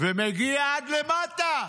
ומגיע עד למטה,